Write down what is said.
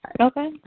Okay